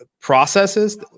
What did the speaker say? processes